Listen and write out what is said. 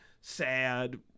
sad